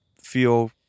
feel